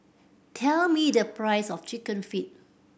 tell me the price of Chicken Feet